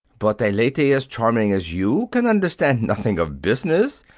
but a lady as charming as you can understand nothing of business,